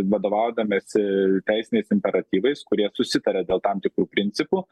vadovaudamiesi teisiniais imperatyvais kurie susitaria dėl tam tikrų principų